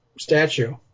statue